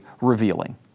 revealing